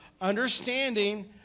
Understanding